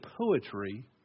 poetry